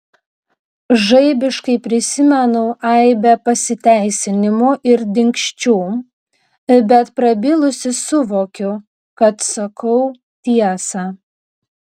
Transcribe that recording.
žaibiškai prisimenu aibę pasiteisinimų ir dingsčių bet prabilusi suvokiu kad sakau tiesą